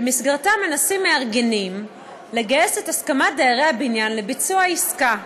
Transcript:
שבמסגרתה מנסים מארגנים לגייס את הסכמת דיירי הבניין לביצוע עסקה.